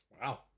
Wow